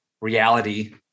reality